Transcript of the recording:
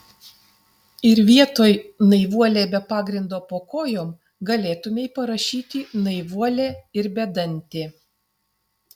ir vietoj naivuolė be pagrindo po kojom galėtumei parašyti naivuolė ir bedantė